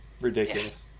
ridiculous